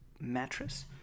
mattress